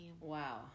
Wow